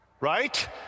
Right